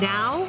Now